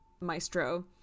Maestro